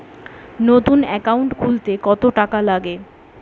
নতুন একাউন্ট খুলতে কত টাকা লাগে?